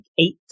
eight